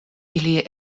ili